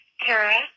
Tara